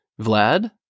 Vlad